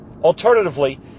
alternatively